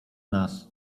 nas